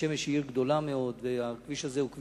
בית-שמש היא עיר גדולה מאוד והכביש הזה הוא,